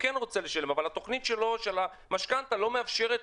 כן רוצה לשלם אבל התכנית שלו של המשכנתא לא מאפשרת